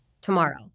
tomorrow